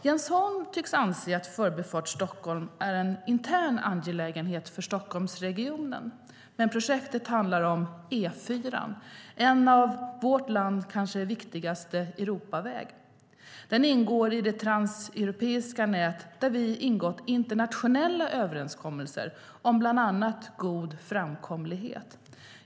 Jens Holm tycks anse att Förbifart Stockholm är en intern angelägenhet för Stockholmsregionen. Men projektet handlar om E4, en av vårt lands kanske viktigaste Europavägar. Den ingår i det transeuropeiska nät där vi ingått internationella överenskommelser om bland annat god framkomlighet.